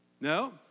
no